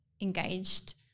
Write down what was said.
engaged